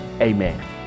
amen